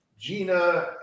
Gina